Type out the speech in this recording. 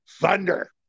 Thunder